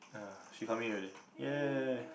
ah she coming already !yay!